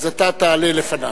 אז אתה תעלה לפניו,